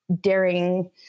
daring